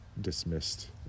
dismissed